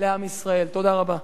תודה רבה.